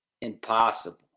Impossible